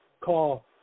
call